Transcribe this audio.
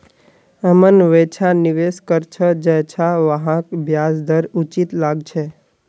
अमन वैछा निवेश कर छ जैछा वहाक ब्याज दर उचित लागछे